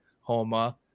Homa